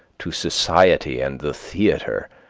to society and the theatre,